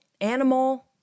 Animal